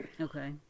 Okay